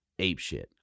apeshit